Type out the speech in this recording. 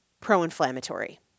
pro-inflammatory